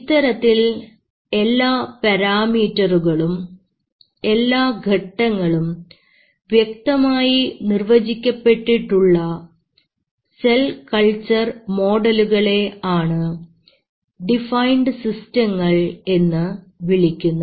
ഇത്തരത്തിൽ എല്ലാ പാരാമീറ്ററുകളും എല്ലാ ഘട്ടങ്ങളും വ്യക്തമായി നിർവചിക്കപ്പെട്ടിട്ടുള്ള സെൽ കൾച്ചർ മോഡലുകളെ ആണ് ഡിഫൈൻഡ് സിസ്റ്റങ്ങൾ എന്നു വിളിക്കുന്നത്